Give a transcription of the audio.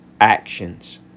actions